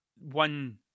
one